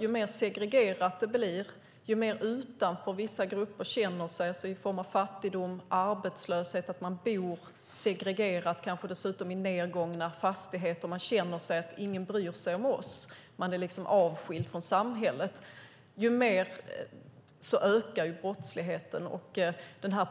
Ju mer segregerat det blir, ju mer utanför vissa grupper känner sig i form av fattigdom, arbetslöshet och segregerat boende, kanske dessutom i nedgångna fastigheter, ju mer de känner att ingen bryr sig om dem och att de är avskilda från samhället, desto större blir brottsligheten och